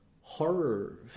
horror